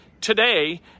today